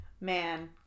Man